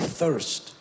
thirst